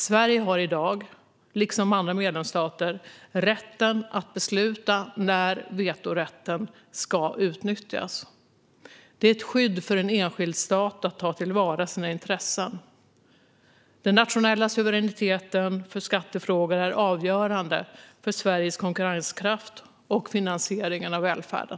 Sverige har i dag, liksom andra medlemsstater, rätten att besluta när vetorätten ska utnyttjas. Det är ett skydd för en enskild stat att ta till vara sina intressen. Den nationella suveräniteten för skattefrågor är avgörande för Sveriges konkurrenskraft och finansieringen av välfärden.